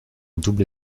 double